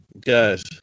guys